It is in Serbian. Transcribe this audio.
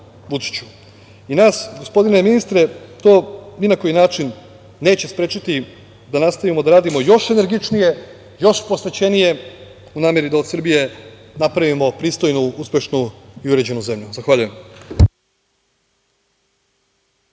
gospodine ministre, to ni na koji način neće sprečiti da nastavimo da radimo još energičnije, još posvećenije u nameri da od Srbije napravimo pristojnu, uspešnu i uređenu zemlju. Zahvaljujem.